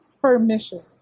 permission